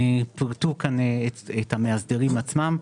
פירטו כאן את המאסדרים עצמם.